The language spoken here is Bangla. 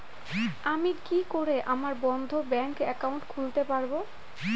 আমি কি করে আমার বন্ধ ব্যাংক একাউন্ট খুলতে পারবো?